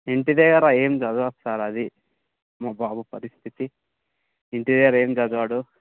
ఇంటి దగ్గర ఏం చదవదు సార్ అది మా బాబు పరిస్థితి ఇంటి దగ్గర ఏం చదవడు